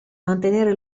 mantenere